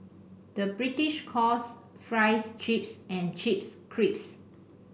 the British calls fries chips and chips crisps